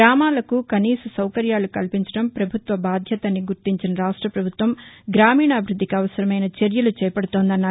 గ్రామాలకు కనీస సౌకర్యాలు కల్పించడం ప్రభుత్వ బాధ్యతని గుర్తించిన రాష్ట ప్రభుత్వం గ్రామీణాభివృద్ధికి అవసరమైన చర్యలు చేపడుతోందన్నారు